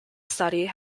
study